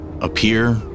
appear